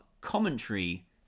commentary